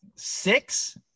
Six